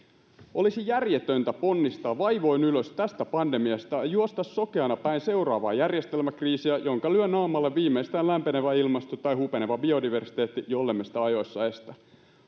olisi järjetöntä ponnistaa vaivoin ylös tästä pandemiasta ja juosta sokeana päin seuraavaa järjestelmäkriisiä jonka lyö naamalle viimeisestään lämpenevä ilmasto tai hupeneva biodiversiteetti jollemme sitä ajoissa estä